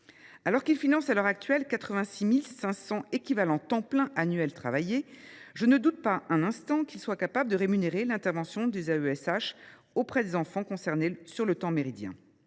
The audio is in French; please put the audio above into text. Alors qu’il finance actuellement 86 500 équivalents temps plein annuel travaillé (ETPT), je ne doute pas un instant qu’il soit capable de rémunérer l’intervention des AESH auprès des enfants concernés durant le temps méridien.